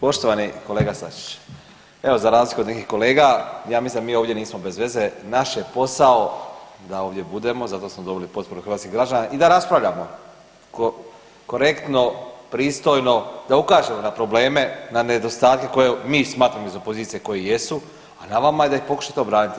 Poštovani kolega Sačić, evo za razliku od nekih kolega ja mislim da mi ovdje nismo bez veze, naš je posao da ovdje budemo, zato smo dobili potporu hrvatskih građana i da raspravljamo korektno, pristojno, da ukažemo na probleme, na nedostatke koje mi smatramo iz opozicije koji jesu, a na vama je da ih pokušate obraniti.